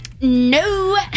No